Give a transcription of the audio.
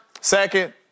second